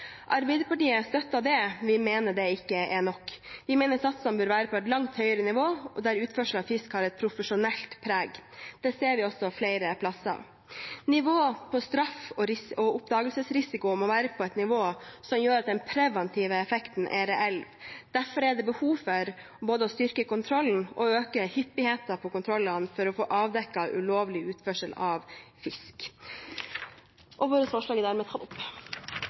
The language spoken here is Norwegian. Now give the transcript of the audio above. Arbeiderpartiet støtter det, men vi mener det ikke er nok. Vi mener satsene bør være på et langt høyere nivå der utførsel av fisk har et profesjonelt preg. Det ser vi også flere steder. Straff og oppdagelsesrisiko må være på et nivå som gjør at den preventive effekten er reell. Derfor er det behov for både å styrke kontrollen og øke hyppigheten av kontroller for å få avdekket ulovlig utførsel av fisk. Dette er